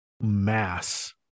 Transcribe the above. mass